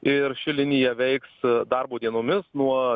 ir ši linija veiks darbo dienomis nuo